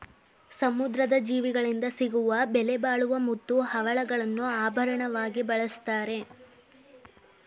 ಸಮುದ್ರದ ಜೀವಿಗಳಿಂದ ಸಿಗುವ ಬೆಲೆಬಾಳುವ ಮುತ್ತು, ಹವಳಗಳನ್ನು ಆಭರಣವಾಗಿ ಬಳ್ಸತ್ತರೆ